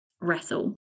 wrestle